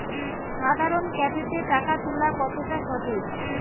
সাধারণ ক্যাফেতে টাকা তুলা কতটা সঠিক?